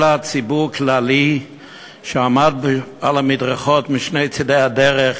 אלא ציבור כללי שעמד על המדרכות משני צדי הדרך,